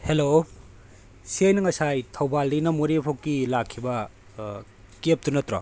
hello ꯁꯤ ꯑꯩꯅ ꯉꯁꯥꯏ ꯊꯧꯕꯥꯜꯗꯩꯅ ꯃꯣꯔꯦꯐꯥꯎꯒꯤ ꯂꯥꯛꯈꯤꯕ ꯀꯦꯐꯇꯣ ꯅꯠꯇ꯭ꯔꯣ